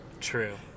True